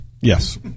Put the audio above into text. Yes